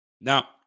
Now